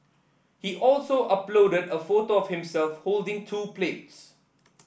he also uploaded a photo of himself holding two plates